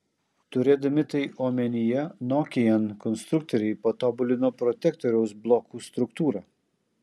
turėdami tai omenyje nokian konstruktoriai patobulino protektoriaus blokų struktūrą